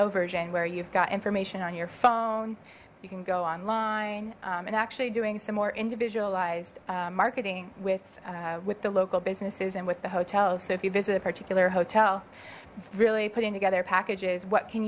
where you've got information on your phone you can go online and actually doing some more individualized marketing with with the local businesses and with the hotels so if you visit a particular hotel really putting together packages what can